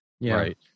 Right